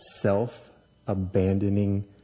self-abandoning